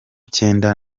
cyenda